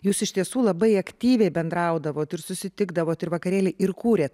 jūs iš tiesų labai aktyviai bendraudavot ir susitikdavot ir vakarėlyje ir kūrėt